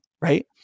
right